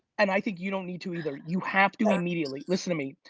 and i think you don't need to either. you have to immediately listen to me.